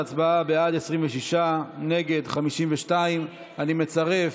תוצאות ההצבעה, בעד, 26, נגד, 52. אני מצרף,